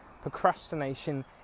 Procrastination